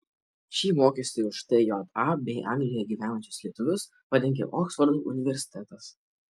šį mokestį už tja bei anglijoje gyvenančius lietuvius padengė oksfordo universitetas